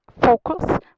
Focus